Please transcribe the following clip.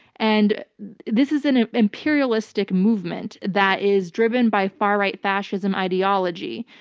and this is an ah imperialistic movement that is driven by far-right fascist and ideology.